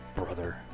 brother